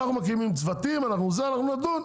אנחנו מקימים צוותים, אנחנו נדון.